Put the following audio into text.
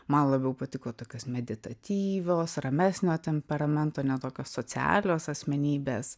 man labiau patiko tokios meditatyvios ramesnio temperamento ne tokios socialios asmenybės